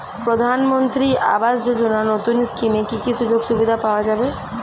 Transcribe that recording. প্রধানমন্ত্রী আবাস যোজনা নতুন স্কিমে কি কি সুযোগ সুবিধা পাওয়া যাবে?